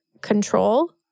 control